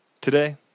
today